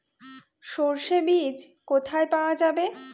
সর্ষে বিজ কোথায় পাওয়া যাবে?